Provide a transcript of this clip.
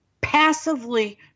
Passively